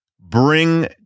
bring